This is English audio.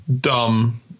dumb